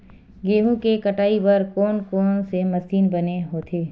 गेहूं के कटाई बर कोन कोन से मशीन बने होथे?